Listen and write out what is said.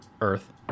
earth